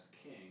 king